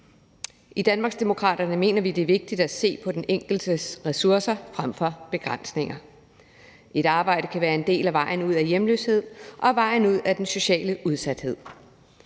I Danmarksdemokraterne mener vi, at det er vigtigt at se på den enkeltes ressourcer frem for begrænsninger. Et arbejde kan være en del af vejen ud af hjemløshed og vejen ud af den sociale udsathed.